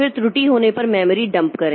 फिर त्रुटि होने पर मेमोरी डंप करें